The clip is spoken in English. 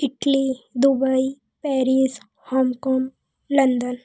Italy Dubai Paris Hong Kong London